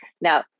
now